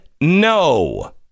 no